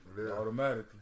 Automatically